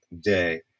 day